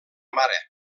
mare